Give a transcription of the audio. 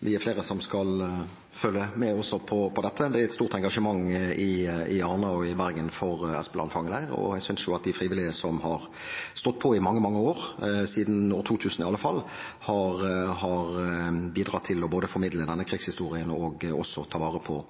er et stort engasjement i Arna og i Bergen for Espeland fangeleir, og jeg synes at de frivillige som har stått på i mange, mange år – i alle fall siden 2000 – har bidratt til både å formidle denne krigshistorien og ta vare på